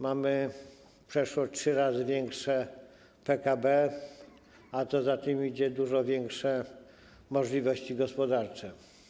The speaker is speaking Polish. Mamy przeszło trzy razy większe PKB, a co za tym idzie - dużo większe możliwości gospodarcze.